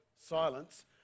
silence